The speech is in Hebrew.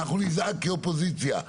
אנחנו נזעק כאופוזיציה,